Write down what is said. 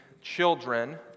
children